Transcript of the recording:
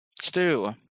Stew